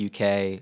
uk